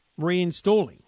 reinstalling